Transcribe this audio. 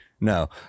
No